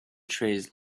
trays